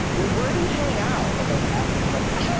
where do you hang out? like i was asking questions,